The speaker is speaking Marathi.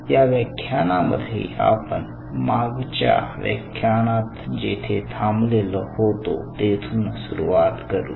या व्याख्यानामध्ये आपण मागच्या व्याख्यानात जेथे थांबलेलो होतो तेथून सुरुवात करू